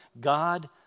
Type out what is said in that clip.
God